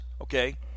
okay